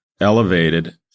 elevated